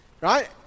Right